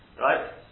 right